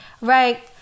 Right